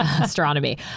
astronomy